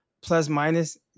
plus-minus